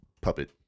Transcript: puppet